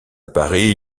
paris